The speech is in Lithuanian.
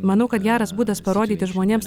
manau kad geras būdas parodyti žmonėms